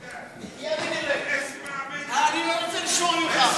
איתן, אסמע מני, אני לא רוצה לשמוע ממך.